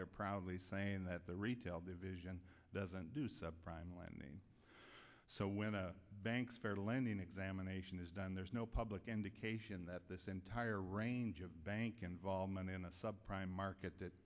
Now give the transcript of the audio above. they're proudly saying that the retail division doesn't do subprime lending so when a banks fair lending examination is done there's no public indication that this entire range of bank involvement in the subprime market that